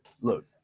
look